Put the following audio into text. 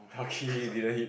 lucky didn't hit